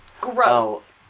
Gross